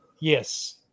Yes